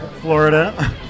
Florida